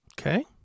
Okay